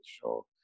show